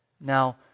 Now